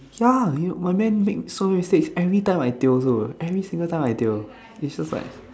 ya you when man so mistakes every time I tio also every single time I tio it's just like